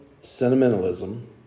sentimentalism